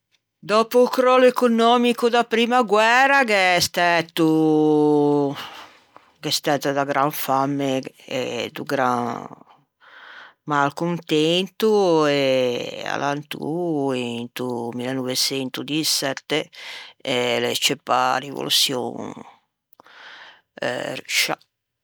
Dòppo o cròllo econòmico da primma guæra gh'é stæto da gran famme e do malcontento e alantô into milleneuveçentodïsette l'é scceuppâ a rivoluçion ruscia.